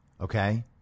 okay